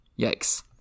Yikes